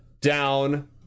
down